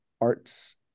arts